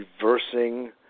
reversing